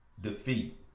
defeat